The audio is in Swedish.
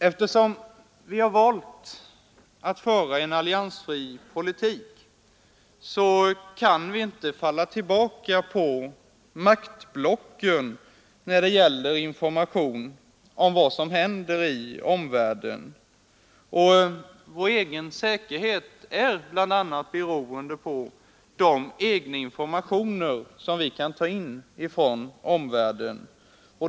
Eftersom vi har valt att föra en alliansfri politik kan vi inte falla tillbaka på maktblocken vad gäller information om vad som händer i omvärlden. Vår egen säkerhet är bl.a. beroende av de informationer, som vi själva kan ta in från omvärlden.